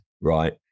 right